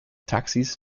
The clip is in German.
taxis